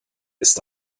ist